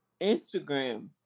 Instagram